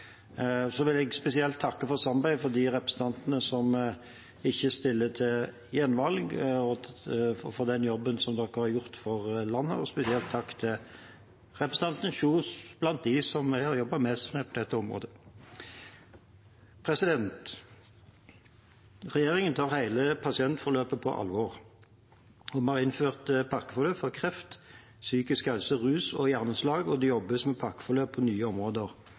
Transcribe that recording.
krise. Så vil jeg spesielt takke for samarbeidet med de representantene som ikke stiller til gjenvalg, og for den jobben de har gjort for landet. En spesiell takk til representanten Kjønaas Kjos, som er blant dem jeg har jobbet mest med på dette området. Regjeringen tar hele pasientforløpet på alvor. Vi har innført pakkeforløp for kreft, psykisk helse, rus og hjerneslag, og det jobbes med pakkeforløp på nye områder.